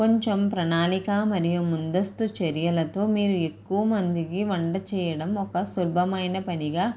కొంచెం ప్రణాళికా మరియు ముందస్తు చర్యలతో మీరు ఎక్కువ మందికి వంట చేయడం ఒక సులభమైన పనిగా